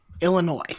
Illinois